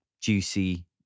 juicy